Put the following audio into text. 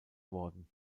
worden